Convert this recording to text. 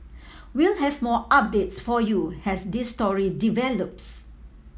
we'll have more updates for you as this story develops